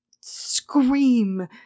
scream